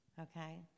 Okay